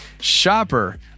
Shopper